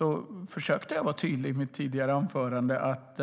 Jag försökte vara tydlig i mitt tidigare inlägg att